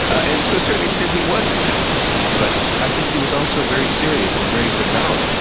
and to a certain extent, he was manipulating it. but i think he was also very serious and very devout.